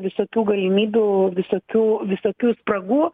visokių galimybių visokių visokių spragų